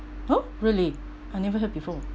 oh really I never heard before